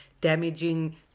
damaging